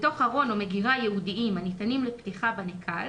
בתוך ארון או מגירה ייעודיים הניתנים לפתיחה בנקל,